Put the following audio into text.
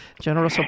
General